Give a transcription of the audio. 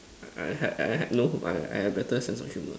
I I had I had no humour I I had better sense of humour